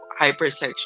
hypersexual